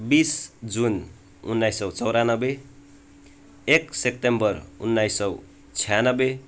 बिस जुन उन्नाइस सौ चौरानब्बे एक सेप्टेम्बर उन्नाइस सौ छियानब्बे